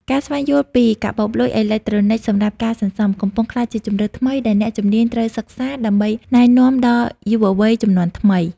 ការស្វែងយល់ពីកាបូបលុយអេឡិចត្រូនិកសម្រាប់ការសន្សំ កំពុងក្លាយជាជម្រើសថ្មីដែលអ្នកជំនាញត្រូវសិក្សា ដើម្បីណែនាំដល់យុវវ័យជំនាន់ថ្មី។